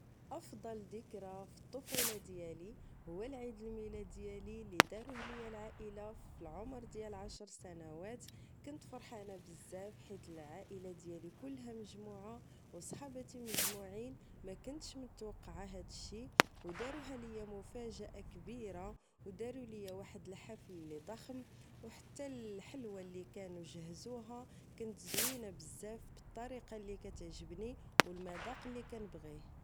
أفضل ذكرى فالطفولة ديالي هو العيد الميلاد ديالي لي داروه ليا العائلة فالعمر ديال عشر سنوات كنت فرحانة بزاف حيت العائلة ديالي كلها مجموعة أو صحباتي مجموعين مكنتش متوقعة هادشي أو داروها ليا مفاجأة كبيرة أو دارو ليا واحد الحفل لي ضخم أو حتى الحلوة لي كانو جهزوها كانت زوينة بزاف بالطريقة لي كتعجبني أو المداق لي كنبغيه